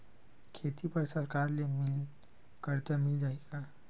खेती बर सरकार ले मिल कर्जा मिल जाहि का?